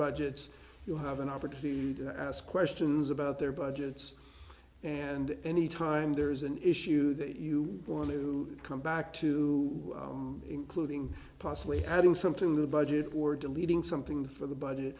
budgets you have an opportunity to ask questions about their budgets and any time there is an issue that you want to come back to including possibly adding something to the budget or deleting something for the budget